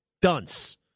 dunce